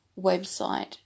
website